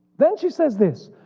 then she says this.